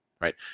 right